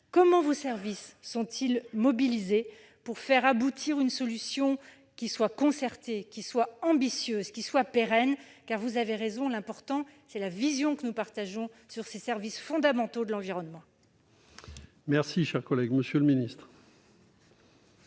Comment vos services sont-ils mobilisés pour faire aboutir une solution concertée, ambitieuse et pérenne ? Vous avez raison, l'important, c'est la vision que nous partageons sur ces services fondamentaux de l'environnement. La parole est à M. le ministre.